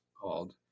called